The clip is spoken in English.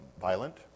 violent